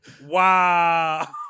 Wow